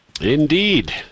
Indeed